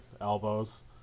elbows